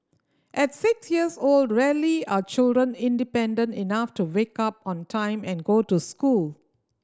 at six years old rarely are children independent enough to wake up on time and go to school